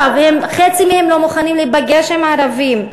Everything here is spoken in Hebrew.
חצי מהם לא מוכנים להיפגש עם ערבים.